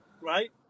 right